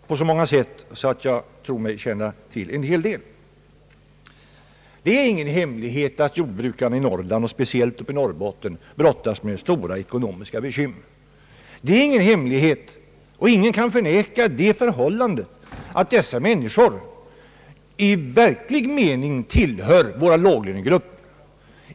och på så många sätt, att jag tror mig känna till en hel del. Det är ingen hemlighet att jordbrukarna i Norrland, speciellt uppe i Norrbotten, brottas med stora ekonomiska bekymmer. Ingen kan förneka att dessa människor i verklig mening tillhör våra låglönegrupper.